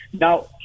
Now